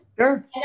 Sure